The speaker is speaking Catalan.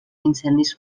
incendis